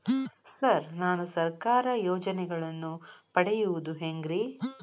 Sir ನಾನು ಸರ್ಕಾರ ಯೋಜೆನೆಗಳನ್ನು ಪಡೆಯುವುದು ಹೆಂಗ್ರಿ?